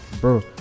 bro